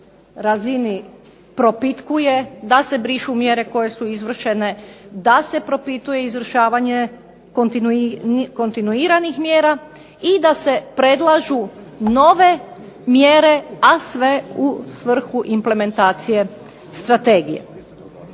razini propitkuje, da se brišu mjere koje su izvršene, da se propituje izvršavanje kontinuiranih mjera i da se predlažu nove mjere, a sve u svrhu implementacije strategije.